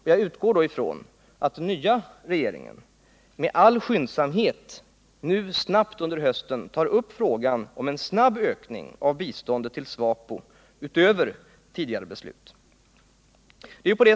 Nu utgår jag från att den nya regeringen med all skyndsamhet under hösten tar upp frågan om en snabb ökning av biståndet till SVAPO utöver tidigare beslut.